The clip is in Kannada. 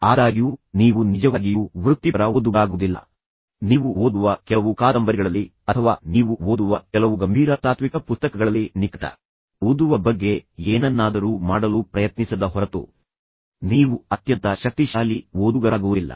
ಆದಾಗ್ಯೂ ನೀವು ನಿಜವಾಗಿಯೂ ವೃತ್ತಿಪರ ಓದುಗರಾಗುವುದಿಲ್ಲ ನೀವು ಓದುವ ಕೆಲವು ಕಾದಂಬರಿಗಳಲ್ಲಿ ಅಥವಾ ನೀವು ಓದುವ ಕೆಲವು ಗಂಭೀರ ತಾತ್ವಿಕ ಪುಸ್ತಕಗಳಲ್ಲಿ ನಿಕಟ ಓದುವ ಬಗ್ಗೆ ಏನನ್ನಾದರೂ ಮಾಡಲು ಪ್ರಯತ್ನಿಸದ ಹೊರತು ನೀವು ಅತ್ಯಂತ ಶಕ್ತಿಶಾಲಿ ಓದುಗರಾಗುವುದಿಲ್ಲ